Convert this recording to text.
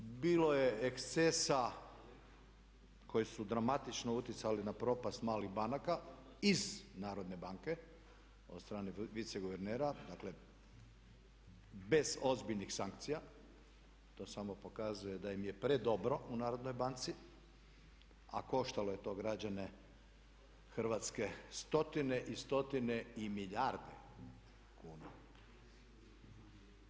Bilo je ekscesa koji su dramatično utjecali na propast malih banaka iz male banke od strane viceguvernera dakle bez ozbiljnih sankcija, to samo pokazuje da im je predobro u narodnoj banci a košta je to građane Hrvatske stotine i stotine i milijarde kuna.